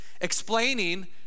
explaining